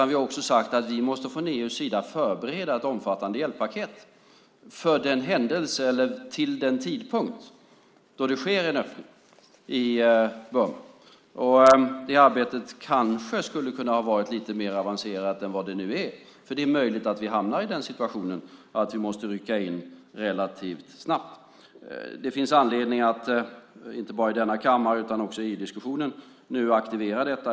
Vi har också sagt att vi från EU:s sida måste förbereda ett omfattande hjälppaket till den tidpunkt då det sker en öppning i Burma. Detta arbete kanske skulle ha kunnat vara lite mer avancerat än vad det nu är, för det är möjligt att vi hamnar i den situationen att vi måste rycka in relativt snabbt. Det finns anledning inte bara i denna kammare utan också i EU-diskussionen att nu aktivera detta.